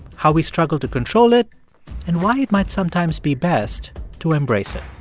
how we struggle to control it and why it might sometimes be best to embrace it.